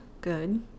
good